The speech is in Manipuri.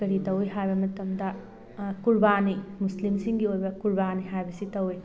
ꯀꯔꯤ ꯇꯧꯋꯤ ꯍꯥꯏꯕ ꯃꯇꯝꯗ ꯀꯨꯔꯕꯥꯅꯤ ꯃꯨꯁꯂꯤꯝꯁꯤꯡꯒꯤ ꯑꯣꯏꯕ ꯀꯨꯔꯕꯥꯅꯤ ꯍꯥꯏꯕꯁꯤ ꯇꯧꯋꯤ